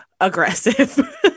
aggressive